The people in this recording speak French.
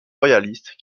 royalistes